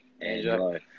Angelo